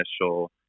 initial